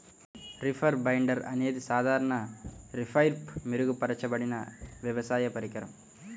reaper binder అనేది సాధారణ రీపర్పై మెరుగుపరచబడిన వ్యవసాయ పరికరం